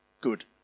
good